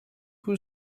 who